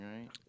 right